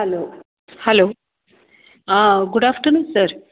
hello hello ah good afternoon sir